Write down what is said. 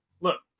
look